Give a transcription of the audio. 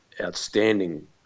outstanding